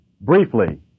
Briefly